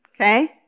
Okay